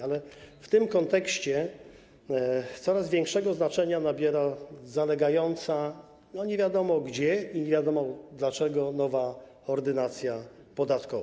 Ale w tym kontekście coraz większego znaczenia nabiera zalegająca nie wiadomo gdzie i nie wiadomo dlaczego nowa Ordynacja podatkowa.